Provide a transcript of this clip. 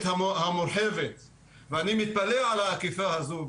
המורחבת ואני מתפלא על האכיפה הזו,